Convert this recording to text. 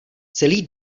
celý